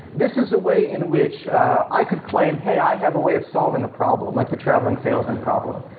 this is a way in which i could claim, hey, i have a way of solving a problem like the traveling salesman problem,